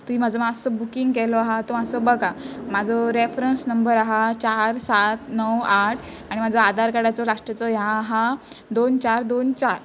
तूं म्हाजो मात्सो बुकींग केलो आहा तो मात्सो बघा म्हाजो रॅफरंस नंबर आहा चार सात णव आठ आनी म्हाजो आधार कार्डाचो लाश्टाचो ह्यां आहा दोन चार दोन चार